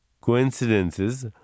Coincidences